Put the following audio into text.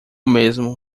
mesmo